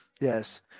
Yes